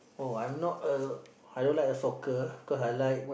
oh I'm not a I don't like a soccer because I like